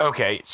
Okay